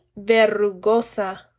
verrugosa